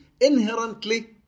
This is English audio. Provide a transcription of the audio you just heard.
inherently